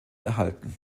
erhalten